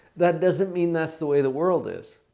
that doesn't mean that's the way the world is.